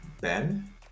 ben